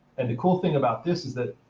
and the cool thing about this is that,